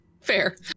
Fair